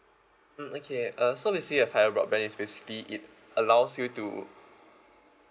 mm okay uh so basically a fibre broadband is basically it allows you to